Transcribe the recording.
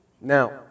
Now